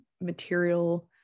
material